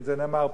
זה נאמר פה.